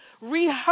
Rehearse